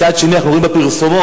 אנחנו עוברים להצעת חוק הגבלת הפרסומת